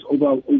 over